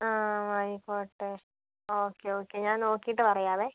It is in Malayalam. ആ ആയിക്കോട്ടെ ഓക്കേ ഓക്കേ ഞാൻ നോക്കിയിട്ട് പറയാമേ